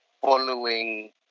following